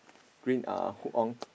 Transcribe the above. green uh hood on